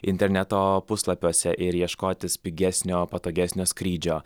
interneto puslapiuose ir ieškotis pigesnio patogesnio skrydžio